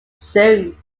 soon